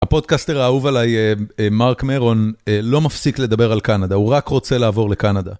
הפודקאסטר האהוב עליי, מרק מרון, לא מפסיק לדבר על קנדה, הוא רק רוצה לעבור לקנדה.